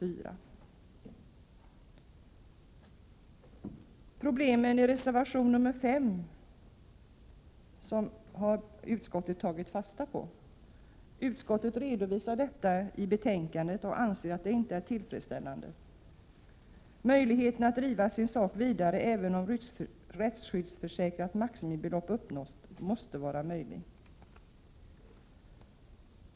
De problem som tas upp i reservation 5 har utskottet tagit fasta på. Utskottet redovisar detta i betänkandet och anser att förhållandena inte är tillfredsställande. Möjligheten att driva sin sak vidare, även om rättsskyddsförsäkrat maximibelopp uppnåtts, måste finnas.